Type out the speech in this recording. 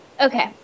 Okay